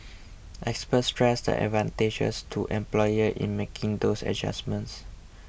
experts stressed the advantages to employers in making these adjustments